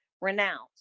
renounced